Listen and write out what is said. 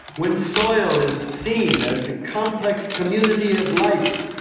when soil is seen as a complex community of life,